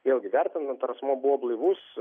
vėlgi vertinant ar asmuo buvo blaivus